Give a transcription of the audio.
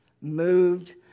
moved